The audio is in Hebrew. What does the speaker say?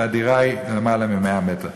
והדירה היא למעלה מ-100 מטר.